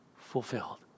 fulfilled